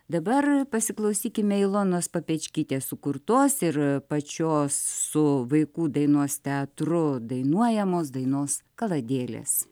dabar pasiklausykime ilonos papečkytės sukurtos ir pačios su vaikų dainos teatru dainuojamos dainos kaladėlės